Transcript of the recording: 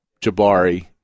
Jabari